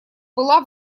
была